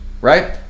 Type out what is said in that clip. right